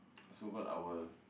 so called our